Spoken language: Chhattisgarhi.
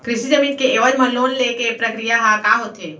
कृषि जमीन के एवज म लोन ले के प्रक्रिया ह का होथे?